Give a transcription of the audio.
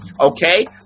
Okay